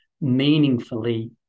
meaningfully